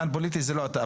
הפן הפוליטי זה לא אתה,